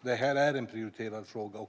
Det här är en prioriterad fråga.